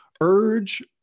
Urge